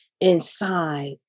inside